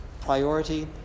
priority